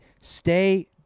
stay